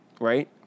right